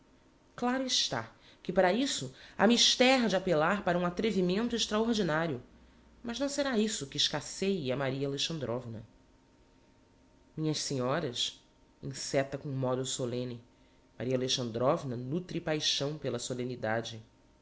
claro está que para isso ha mister de appellar para um atrevimento extraordinario mas não será isso que escasseie a maria alexandrovna minhas senhoras enceta com modo solemne maria alexandrovna nutre paixão pela solemnidade